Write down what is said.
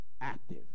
Active